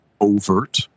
overt